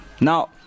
now